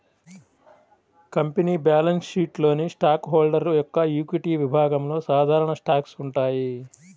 company balance షీట్లోని stock holder యొక్క equity విభాగంలో సాధారణ స్టాక్స్ ఉంటాయి